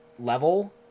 level